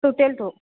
টোটেলটো